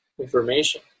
information